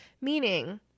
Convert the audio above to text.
meaning